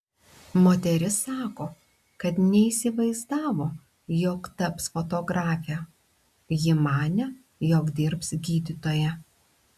moteris sako kad neįsivaizdavo jog taps fotografe ji manė jog dirbs gydytoja